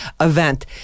event